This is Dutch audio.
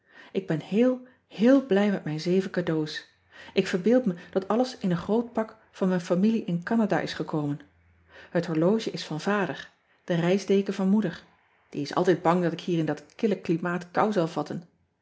ik ben heel heel blij met mijn zeven cadeaux k verbeeld me dat alles in een groot pak van mijn familie in anada is gekomen et horloge is van ader de reisdeken van oeder die is altijd bang dat ik hier in dat kille klimaat kou zal vatten